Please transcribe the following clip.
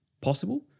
possible